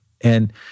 And-